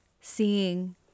seeing